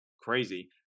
crazy